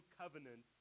covenant